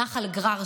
נחל גרר,